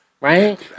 right